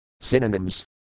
Synonyms